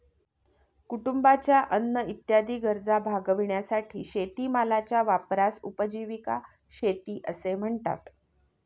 कुटुंबाच्या अन्न इत्यादी गरजा भागविण्यासाठी शेतीमालाच्या वापरास उपजीविका शेती असे म्हणतात